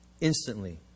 instantly